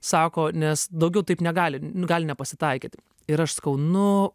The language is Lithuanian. sako nes daugiau taip negali gali nepasitaikyt ir aš sakau nu